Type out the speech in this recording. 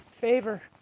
favor